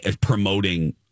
promoting